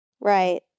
right